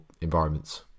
environments